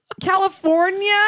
california